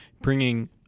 bringing